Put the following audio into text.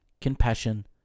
compassion